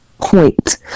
point